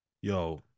yo